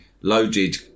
Loaded